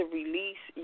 release